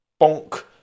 Bonk